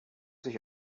sich